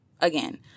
Again